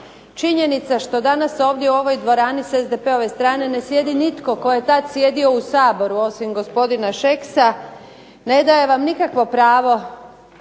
Činjenica što danas ovdje u ovoj dvorani s SDP-ove strane ne sjedni nitko tko je tada sjedio u Saboru osim gospodina Šeksa, ne daje vam nikakvo pravo